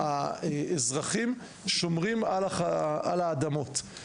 שומרים על האדמות האלה.